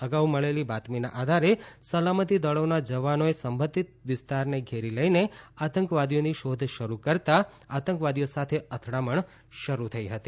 અગાઉ મળેલી બાતમીના આધારે સલામતી દળોના જવાનોએ સંબંધિત વિસ્તારને ઘેરી લઈને આતંકવાદીઓની શોધ શરૂ કરતાં આતંકવાદીઓ સાથે અથડામણ શરૂ થઈ હતી